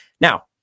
Now